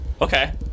Okay